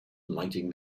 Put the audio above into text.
lighting